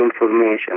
information